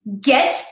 Get